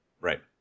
Right